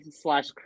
slash